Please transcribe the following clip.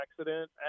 accident